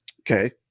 Okay